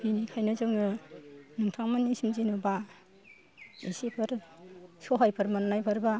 बेनिखायनो जोङो नोंथामोननिसिम जेन'बा एसेफोर सहायफोर मोननायफोरबा